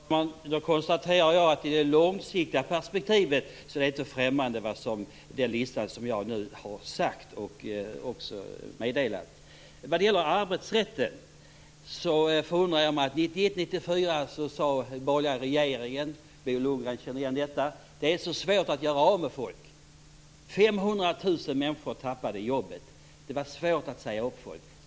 Herr talman! Jag konstaterar att den lista som jag nu har talat om inte är så främmande i det långsiktiga perspektivet. När det gäller arbetsrätten förundrar det mig att den borgerliga regeringen under åren 1991-1994 sade att det är så svårt att göra sig av med folk. Bo Lundgren känner igen det. 500 000 människor förlorade jobbet. Det var svårt att säga upp folk.